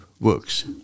works